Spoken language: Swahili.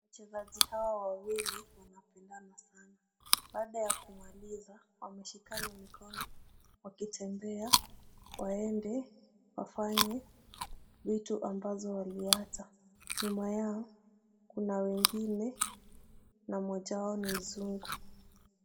Wachezaji hawa wawili wanapendana sana. Baada ya kumaliza wameshikana mikono wakitembea waende wafanye vitu ambazo waliacha. Nyuma yao kuna wengine na mmoja wao ni mzungu.